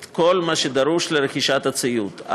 את כל מה שדרוש לרכישת הציוד,